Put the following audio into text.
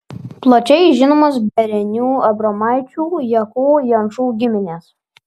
plačiai žinomos berenių abromavičių jakų jančų giminės